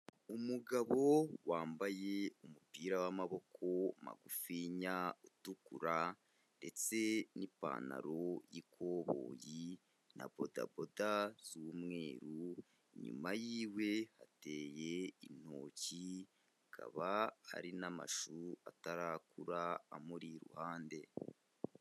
Umugabo wambaye umupira w'amaboko magufinya utukura ndetse n'ipantaro y'ikoboyi na bodaboda z'umweru, inyuma y'iwe hateye intoki, hakaba hari n'amashu atarakura amuri iruhande.